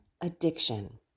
addiction